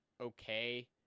okay